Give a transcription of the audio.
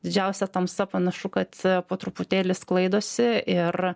didžiausia tamsa panašu kad po truputėlį sklaidosi ir